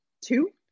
Two